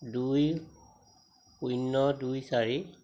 দুই শূন্য দুই চাৰি